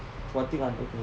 what thing hundred